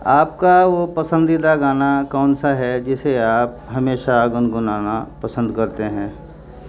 آپ کا وہ پسندیدہ گانا کون سا ہے جسے آپ ہمیشہ گنگنانا پسند کرتے ہیں